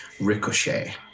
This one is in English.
ricochet